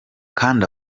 kandi